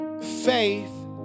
Faith